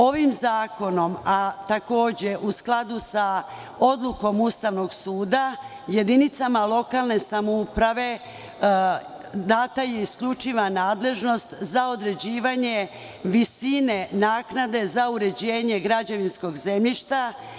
Ovim zakonom, a takođe u skladu sa odlukom Ustavnog suda, jedinicama lokalne samouprave data je isključiva nadležnost za određivanje visine naknade za uređenje građevinskog zemljišta.